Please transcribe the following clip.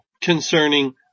concerning